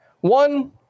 one